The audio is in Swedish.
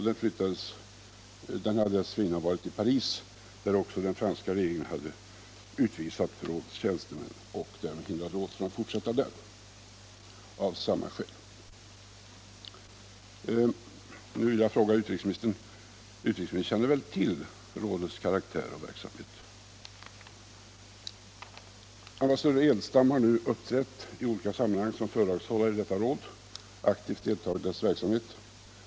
Dessförinnan hade rådet varit placerat i Paris, men också den franska regeringen hade utvisat dess tjänstemän, och därmed hindrat rådet att fortsätta där, av motsvarande skäl. Ambassadör Edelstam har nu uppträtt i olika sammanhang som föredragshållare i detta råd och aktivt deltagit i dess verksamhet.